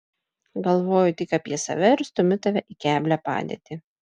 galvoju tik apie save ir stumiu tave į keblią padėtį